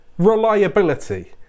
reliability